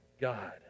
God